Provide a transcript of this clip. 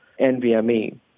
NVMe